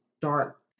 dark